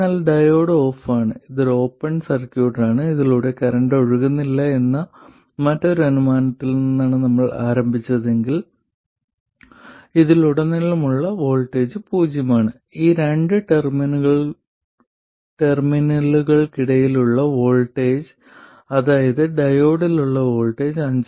എന്നാൽ ഡയോഡ് ഓഫാണ് ഇതൊരു ഓപ്പൺ സർക്യൂട്ടാണ് ഇതിലൂടെ കറന്റ് ഒഴുകുന്നില്ല എന്ന മറ്റൊരു അനുമാനത്തിൽ നിന്നാണ് നമ്മൾ ആരംഭിച്ചതെങ്കിൽ അതിനാൽ ഇതിലുടനീളമുള്ള വോൾട്ടേജ് പൂജ്യമാണ് ഈ രണ്ട് ടെർമിനലുകൾക്കിടയിലുള്ള വോൾട്ടേജ് അതായത് ഡയോഡിലുള്ള വോൾട്ടേജ് 5